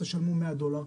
תשלמו 100 דולר,